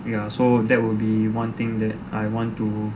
ya so that would be one thing that I want to